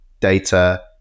data